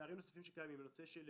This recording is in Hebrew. נושא של